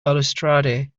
balustrade